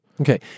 Okay